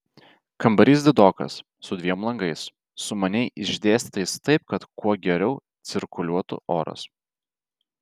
kambarys didokas su dviem langais sumaniai išdėstytais taip kad kuo geriau cirkuliuotų oras